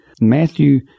Matthew